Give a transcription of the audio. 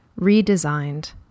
redesigned